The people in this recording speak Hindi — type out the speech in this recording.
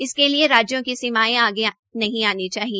इसके लिए राज्यों की सीमाएं आगे नहीं आनी चाहिए